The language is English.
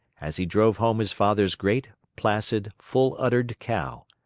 as he drove home his father's great, placid, full-uddered cow.